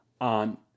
on